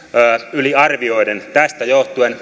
yliarvioiden tästä johtuen